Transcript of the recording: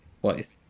twice